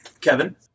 Kevin